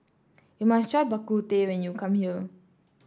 you must try Bak Kut Teh when you come here